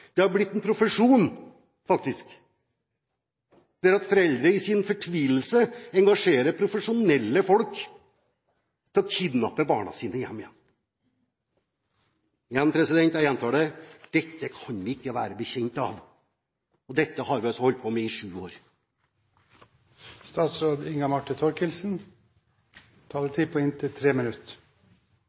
Det har blitt en profesjon, faktisk, der foreldre i sin fortvilelse engasjerer profesjonelle folk til å kidnappe barna sine hjem igjen. Jeg gjentar det: Dette kan vi ikke være bekjent av. Og dette har vi altså holdt på med i sju år. Neste taler er statsråd Inga Marte Thorkildsen, som har en taletid på inntil